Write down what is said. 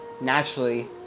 naturally